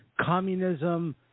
communism